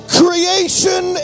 creation